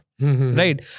right